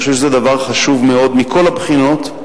אני חושב שזה דבר חשוב מאוד מכל הבחינות,